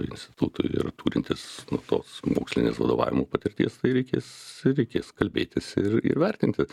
institutui ir turintis nu tos mokslinės vadovavimo patirties tai reikės reikės kalbėtis ir ir vertinti